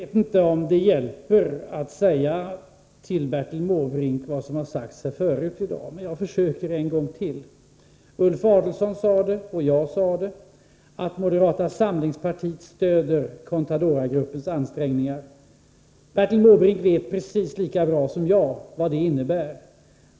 Fru talman! Jag vet inte om det hjälper att säga till Bertil Måbrink vad som har sagts här förut i dag, men jag försöker en gång till. Ulf Adelsohn sade det, och jag sade det: Moderata samlingspartiet stöder Contadoragruppens ansträngningar. Bertil Måbrink vet precis lika bra som jag vad det innebär.